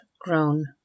grown